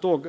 tog